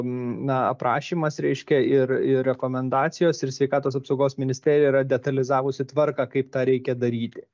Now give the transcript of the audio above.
na aprašymas reiškia ir ir rekomendacijos ir sveikatos apsaugos ministerija yra detalizavusi tvarką kaip tą reikia daryti